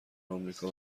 آمریکا